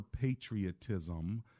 patriotism